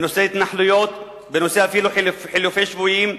בנושא התנחלויות, אפילו בנושא חילופי שבויים,